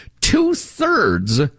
two-thirds